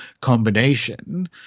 combination